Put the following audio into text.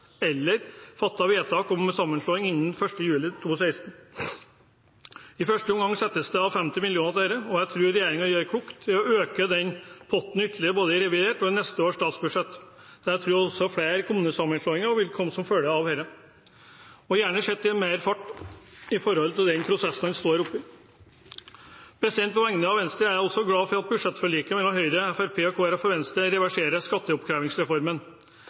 eller fattet vedtak om sammenslåing innen 1. juli 2016. I første omgang settes det av 50 mill. kr til dette. Jeg tror regjeringen gjør klokt i å øke potten ytterligere både i revidert og i neste års statsbudsjett. Jeg tror også flere kommunesammenslåinger vil komme som følge av dette, og gjerne sette mer fart i prosessen vi står i. På vegne av Venstre er jeg også glad for at budsjettforliket mellom Høyre, Fremskrittspartiet, Kristelig Folkeparti og Venstre reverserer skatteoppkrevingsreformen.